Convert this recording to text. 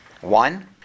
One